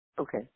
Okay